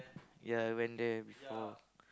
ya I went there before